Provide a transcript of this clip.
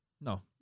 No